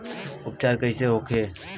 उपचार कईसे होखे?